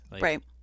Right